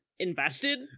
Invested